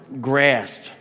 grasp